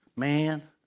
Man